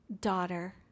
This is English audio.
daughter